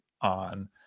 on